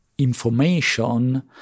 information